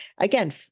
again